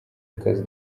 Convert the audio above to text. akazi